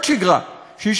שהיא שגרה שקטה,